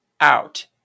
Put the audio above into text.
out